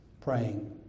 praying